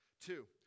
Two